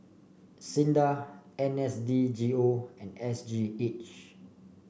SINDA N S D G O and S G H